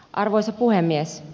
arvoisa puhemies